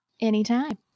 anytime